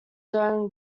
own